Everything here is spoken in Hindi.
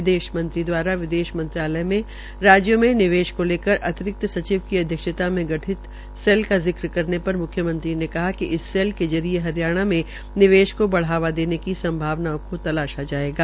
विदेश मंत्री दवारा विदेश मंत्री ने राज्यों में निवेश को लेकर अतिरिक्त सचिव की अध्यक्षता में गठित सेल को जिक्र करने पर मुख्यमंत्री ने कहा कि इस सेल के जरिये हरियाणा में निवेश को बढ़ावा देने की संभावनाओं को तलाशा जायेगा